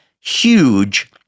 huge